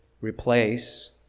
replace